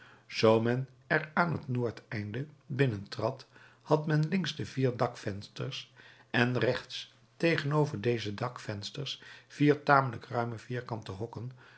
zoo men er aan het noordeinde binnentrad had men links de vier dakvensters en rechts tegenover deze dakvensters vier tamelijk ruime vierkante hokken